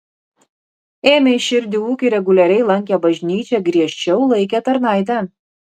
ėmė į širdį ūkį reguliariai lankė bažnyčią griežčiau laikė tarnaitę